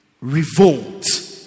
revolt